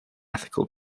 ethical